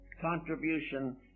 contribution